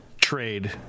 trade